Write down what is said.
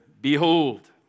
behold